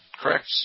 Correct